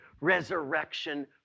resurrection